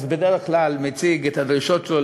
אז הוא בדרך כלל מציג את הדרישות שלו,